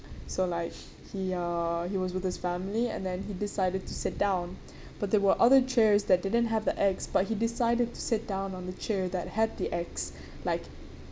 so like he uh he was with his family and then he decided to sit down but there were other chairs that didn't have the X but he decided to sit down on the chair that had the X like